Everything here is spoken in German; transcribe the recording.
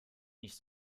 nicht